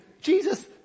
Jesus